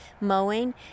mowing